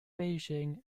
beijing